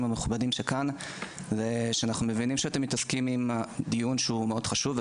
המכובדים כאן הוא שאנחנו מבינים שאתם מתעסקים בדיון מאוד חשוב,